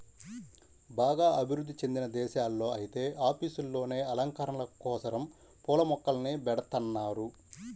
బాగా అభివృధ్ధి చెందిన దేశాల్లో ఐతే ఆఫీసుల్లోనే అలంకరణల కోసరం పూల మొక్కల్ని బెడతన్నారు